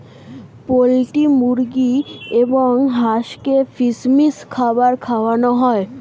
poultry মুরগি এবং হাঁসকে ফিশ মিল খাবার খাওয়ানো হয়